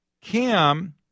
Cam